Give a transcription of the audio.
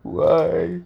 why